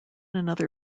another